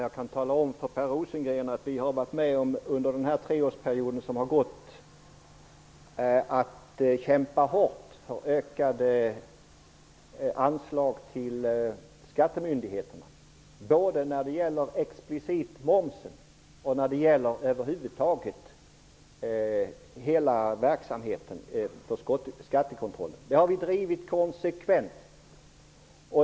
Herr talman! Under den gångna treårsperioden kämpade vi hårt för ökade anslag till skattemyndigheterna både explicit när det gäller momsen och när det gäller skattekontrollverksamheten över huvud taget. Den kampen har vi drivit konsekvent.